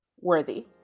Worthy